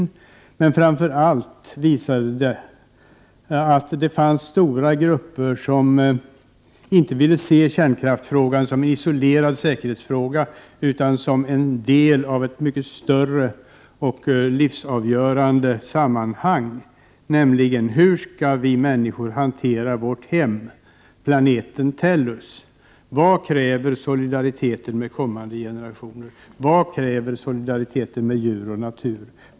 Det visade sig framför allt att det fanns stora grupper som inte ville se kärnkraftsfrågan som en isolerad fråga om säkerhet, utan som såg den som en del av ett mycket större och livsavgörande sammanhang: Hur skall vi människor hantera vårt hem, planeten Tellus? Vad kräver solidariteten med kommande generationer, solidariteten med djur och natur?